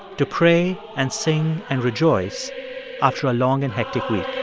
to pray and sing and rejoice after a long and hectic week